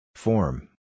Form